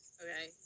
Okay